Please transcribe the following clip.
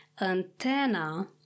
antenna